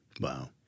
Wow